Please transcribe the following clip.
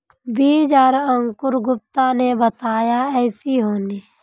बीज आर अंकूर गुप्ता ने बताया ऐसी होनी?